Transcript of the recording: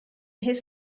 his